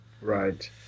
Right